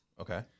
Okay